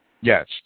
Yes